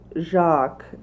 Jacques